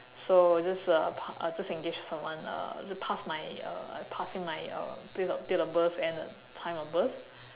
so just uh pa~ just engage someone uh to pass my uh I pass him my uh date of date of birth and time of birth